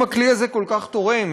אם הכלי הזה כל כך תורם,